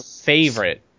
favorite